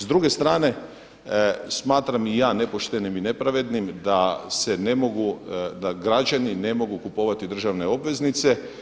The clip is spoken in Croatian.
S druge strane smatram i ja nepoštenim i nepravednim da se ne mogu, da građani ne mogu kupovati državne obveznice.